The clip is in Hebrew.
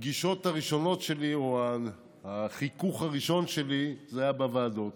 הפגישות הראשונות שלי או החיכוך הראשון שלי היה בוועדות.